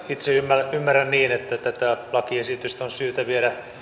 itse ymmärrän niin että tätä lakiesitystä on syytä viedä